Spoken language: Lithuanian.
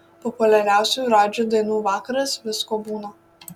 populiariausių radži dainų vakaras visko būna